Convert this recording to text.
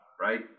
right